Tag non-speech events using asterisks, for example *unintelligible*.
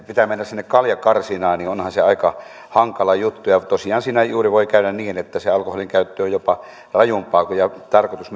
pitää mennä sinne kaljakarsinaan niin onhan se aika hankala juttu ja tosiaan siinä juuri voi käydä niin että se alkoholinkäyttö jopa on rajumpaa toisin kuin valviran tarkoitus *unintelligible*